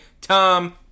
Tom